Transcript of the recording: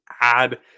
add